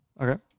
Okay